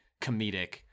comedic